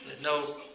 no